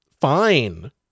fine